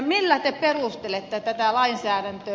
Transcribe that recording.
millä te perustelette tätä lainsäädäntöä